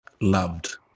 loved